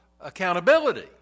Accountability